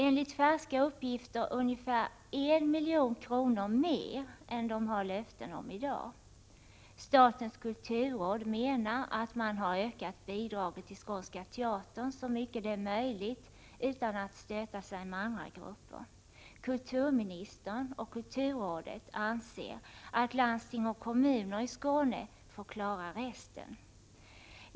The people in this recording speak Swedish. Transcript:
Enligt färska uppgifter kostar det ungefär 1 milj.kr. mer än teatern har löfte om i dag. Statens kulturråd menar att man har ökat bidraget till Skånska teatern så mycket som det är möjligt utan att stöta sig med andra grupper. Kulturministern och kulturrådet anser att landsting och kommuner i Skåne skall klara resten.